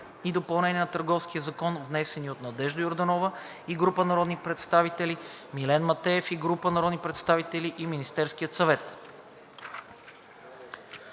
и допълнение на Търговския закон, внесени от Надежда Йорданова и група народни представители, Милен Матеев и група народни представители и Министерския съвет.